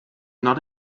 not